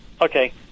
Okay